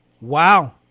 Wow